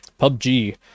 PUBG